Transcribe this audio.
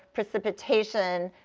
precipitation,